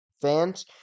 fans